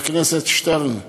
חבר הכנסת שטרן,